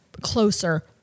closer